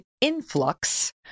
influx